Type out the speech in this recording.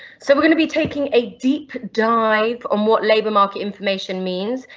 so we're going to be taking a deep dive on what labour market information means,